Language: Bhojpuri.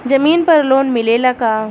जमीन पर लोन मिलेला का?